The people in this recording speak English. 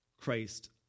Christ